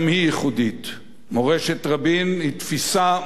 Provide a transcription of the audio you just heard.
מורשת רבין היא תפיסה ממשית של מנהיגות.